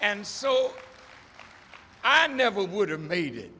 and so i never would have made it